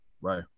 Right